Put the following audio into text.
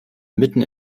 mitten